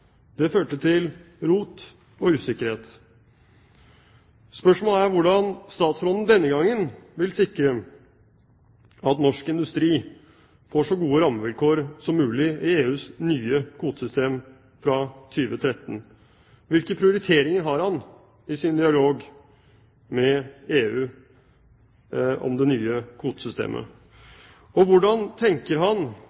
Det førte til rot og usikkerhet. Spørsmålet er hvordan statsråden denne gangen vil sikre at norsk industri får så gode rammevilkår som mulig i EUs nye kvotesystem fra 2013. Hvilke prioriteringer har han i sin dialog med EU om det nye kvotesystemet?